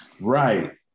right